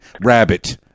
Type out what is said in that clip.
rabbit